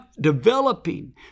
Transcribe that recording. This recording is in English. developing